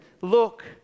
look